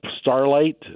starlight